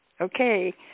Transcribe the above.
Okay